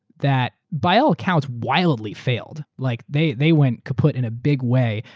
that by all accounts wildly failed. like they they went kaput in a big way.